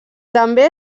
també